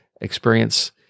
experience